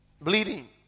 Bleeding